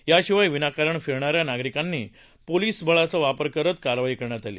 याशिवाय विनाकारण फिरणाऱ्या नागरिकांवर पोलीस बळाचा वापर करून कारवाई करण्यात आली